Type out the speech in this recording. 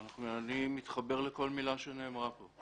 אני מתחבר לכל מילה שנאמרה כאן.